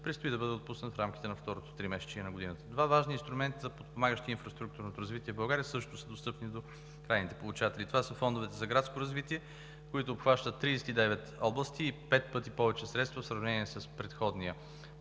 предстои да бъде отпуснат в рамките на второто тримесечие на годината. Два важни инструмента, подпомагащи инфраструктурното развитие в България, също вече са достъпни до крайните получатели. Това са фондовете за градско развитие, които обхващат 39 области и пет пъти повече средства в сравнение с предния